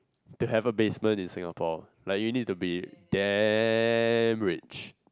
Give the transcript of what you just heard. to have a basement in Singapore like you need to be damn rich